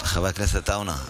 חבר הכנסת עטאונה,